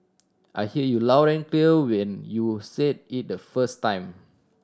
I heard you loud and clear when you said it the first time